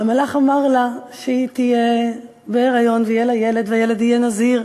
והמלאך אמר לה שהיא תהיה בהיריון ויהיה לה ילד והילד יהיה נזיר,